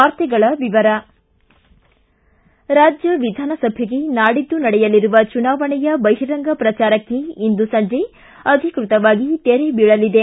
ವಾರ್ತೆಗಳ ವಿವರ ರಾಜ್ಯ ವಿಧಾನಸಭೆಗೆ ನಾಡಿದ್ದು ನಡೆಯಲಿರುವ ಚುನಾವಣೆಯ ಬಹಿರಂಗ ಪ್ರಚಾರಕ್ಷೆ ಇಂದು ಸಂಜೆ ಅಧಿಕೃತವಾಗಿ ತೆರೆ ಬೀಳಲಿದೆ